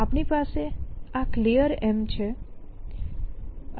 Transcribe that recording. આપણી પાસે આ Clear છે